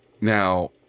Now